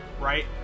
right